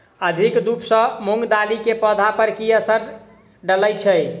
अधिक धूप सँ मूंग दालि केँ पौधा पर की असर डालय छै?